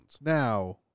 Now